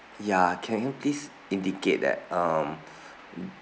ya can you please indicate that um